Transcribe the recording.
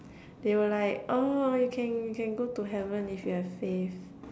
they were like oh you can you can go to heaven if you have faith